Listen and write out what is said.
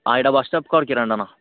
ఈడ bus stop కాడికి రాండి అన్న